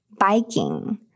Biking